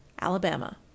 Alabama